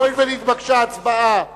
הואיל ונתבקשה הצבעה שמית,